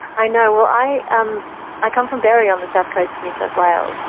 i know, well i. um i come from berry, on the south coast of new south wales,